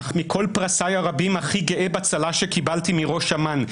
אך מכל פרסיי הרבים הכי גאה בצל"ש שקיבלתי מראש אמ"ן.